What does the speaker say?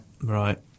Right